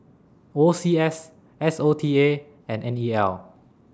O C S S O T A and N E L